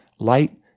light